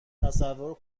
تصور